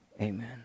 Amen